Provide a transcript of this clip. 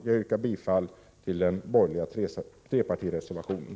Jag yrkar bifall till den borgerliga trepartireservationen.